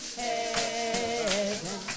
heaven